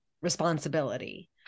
responsibility